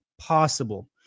possible